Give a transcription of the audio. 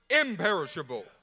imperishable